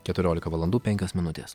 keturiolika valandų penkios minutės